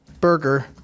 burger